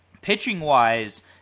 Pitching-wise